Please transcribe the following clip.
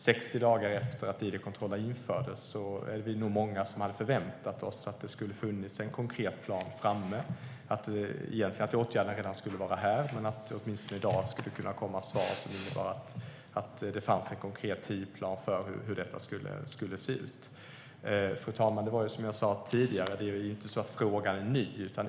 60 dagar efter att id-kontrollerna infördes är vi nog många som hade förväntat oss att det skulle finnas en konkret plan, att åtgärderna redan skulle vara här eller att det åtminstone skulle komma svar i dag som innebar att det fanns en konkret tidsplan för hur detta skulle se ut. Fru talman! Som jag sa tidigare är det inte så att frågan är ny.